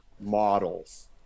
models